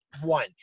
One